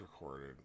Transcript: recorded